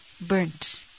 burnt